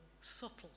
subtle